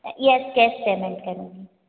yes cash payment करूंगी